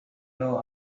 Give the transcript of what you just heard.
know